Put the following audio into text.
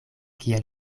kiel